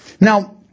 Now